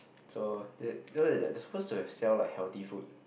so they they supposed to have sell like healthy food